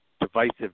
divisive